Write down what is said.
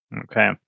okay